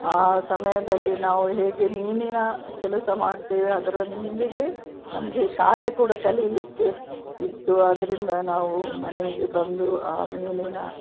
ಆ ಸಮಯದಲ್ಲಿ ನಾವು ಹೇಗೆ ಮೀನಿನ ಕೆಲಸ ಮಾಡ್ತೇವೆ ಅದ್ರೊಂದಿಗೆ ನಮ್ಗೆ ಶಾಲೆ ಕೂಡ ಕಲಿಲಿಕ್ಕೆ ಇತ್ತು ಅದರಿಂದ ನಾವು ಮನೆಗೆ ಬಂದು ಆ ಮೀನಿನ